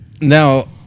Now